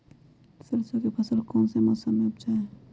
सरसों की फसल कौन से मौसम में उपजाए?